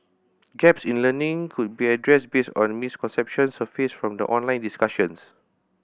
gaps in learning could be addressed based on misconceptions surfaced from the online discussions